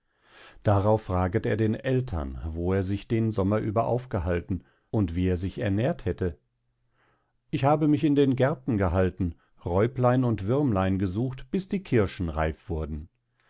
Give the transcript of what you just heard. darauf fraget er den ältern wo er sich den sommer über aufgehalten und wie er sich ernährt hätte ich habe mich in den gärten gehalten räuplein und würmlein gesucht bis die kirschen reif wurden